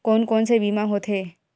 कोन कोन से बीमा होथे?